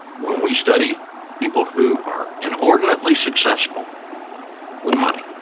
when we study people who are inordinately successful with money,